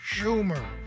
Schumer